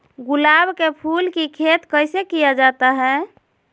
गुलाब के फूल की खेत कैसे किया जाता है?